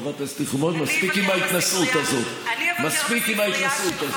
חברת הכנסת יחימוביץ, מספיק עם ההתנשאות הזאת.